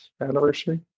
anniversary